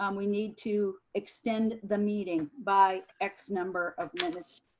um we need to extend the meeting by x number of minutes.